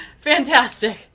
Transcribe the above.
Fantastic